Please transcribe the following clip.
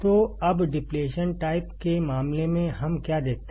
तो अब depletion type MOSFET के मामले में हम क्या देखते हैं